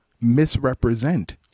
misrepresent